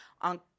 on